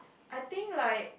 I think like